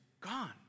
gone